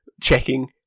checking